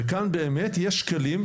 וכאן באמת יש כלים,